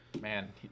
Man